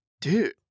Dude